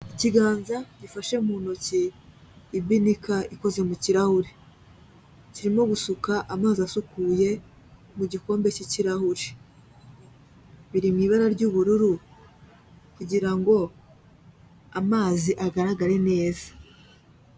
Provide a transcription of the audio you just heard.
Ikiganza gifashe mu ntoki ibinika ikoze mu kirahure, kirimo gusuka amazi asukuye mu gikombe cy'ikirahure, biri mu ibara ry'ubururu kugira ngo amazi agaragare neza.